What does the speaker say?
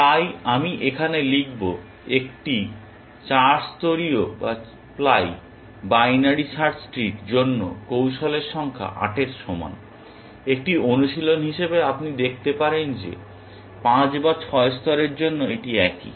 তাই আমি এখানে লিখব একটি 4 স্তরীয় বাইনারি সার্চ ট্রির জন্য কৌশলের সংখ্যা 8 এর সমান এবং একটি অনুশীলন হিসাবে আপনি দেখতে পারেন যে 5 বা 6 স্তরের জন্য এটি একই